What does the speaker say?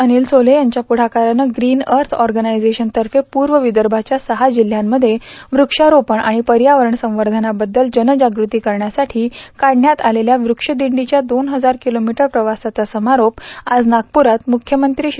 अनिल सोले यांच्या पुढाकारानं green earth ऑर्गनायझेश्वनतर्फे पूर्व विदर्भाच्या सहा जिल्ह्यांमध्ये वृक्षारोपण आणि पर्यावरण संवर्षनाबद्दल जनजागृती करण्यासाठी काढण्यात आलेल्या वृक्षदिंडीच्या दोन हजार किलोमीटर प्रवासाचा समारोप आज नागपुरात मुख्यमंत्री श्री